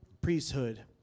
priesthood